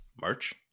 March